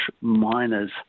miners